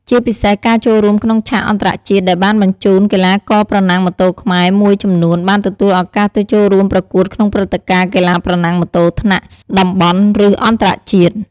ជាពិសេសការចូលរួមក្នុងឆាកអន្តរជាតិដែលបានបញ្ជូន កីឡាករប្រណាំងម៉ូតូខ្មែរមួយចំនួនបានទទួលឱកាសទៅចូលរួមប្រកួតក្នុងព្រឹត្តិការណ៍កីឡាប្រណាំងម៉ូតូថ្នាក់តំបន់ ឬអន្តរជាតិ។